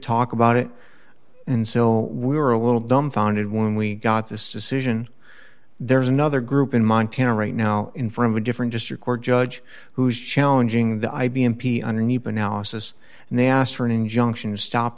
talk about it and so we were a little dumbfounded when we got this decision there was another group in montana right now in front of a different district court judge who's challenging the i b m p c underneath analysis and they asked for an injunction to stop